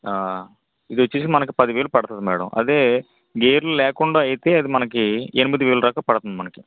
ఆ ఇది వచ్చేసి మనకి పదివేలు పడుతుంది మేడం అదే గేర్లు లేకుండా అయితే అది మనకి ఎనిమిది వేలదాక పడుతుంది మనకి